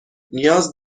نیاز